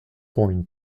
point